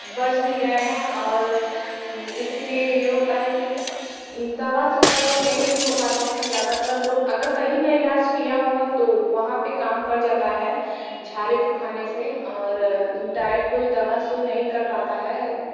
बच भी गए हैं और इसी लिए ये होता है कि दवा से उतना लोग नहीं ठीक हो पाते हैं ज़्यादातर लोग अगर कहीं ना इलाज किया हुआ तो वहाँ पर काम कर जाता है झाड़ू फुंकाने से और डाइट कोई दवा से ही नहीं कर पता है